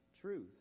truth